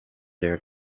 their